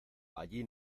allí